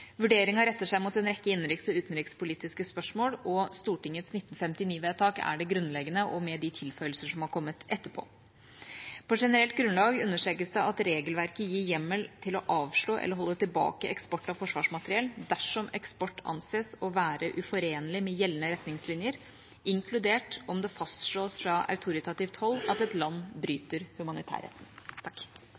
Vurderingen retter seg mot en rekke innenriks- og utenrikspolitiske spørsmål, og Stortingets 1959-vedtak, med de tilføyelser som er kommet etterpå, er det grunnleggende. På generelt grunnlag understrekes det at regelverket gir hjemmel for å avslå eller holde tilbake eksport av forsvarsmateriell dersom eksport anses å være uforenlig med gjeldende retningslinjer, inkludert om det fastslås fra autoritativt hold at et land bryter